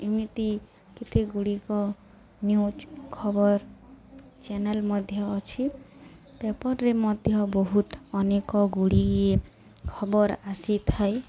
ଏମିତି କେତେଗୁଡ଼ିକ ନ୍ୟୁଜ ଖବର ଚ୍ୟାନେଲ ମଧ୍ୟ ଅଛି ପେପରରେ ମଧ୍ୟ ବହୁତ ଅନେକ ଗୁଡ଼ିଏ ଖବର ଆସିଥାଏ